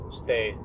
stay